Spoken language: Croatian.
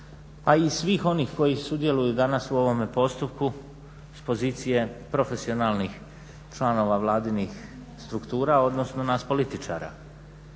pa i svih onih koji sudjeluju danas u ovome postupku s pozicije profesionalnih članova vladinih struktura, odnosno nas političara.